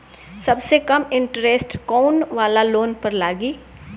सबसे कम इन्टरेस्ट कोउन वाला लोन पर लागी?